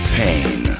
pain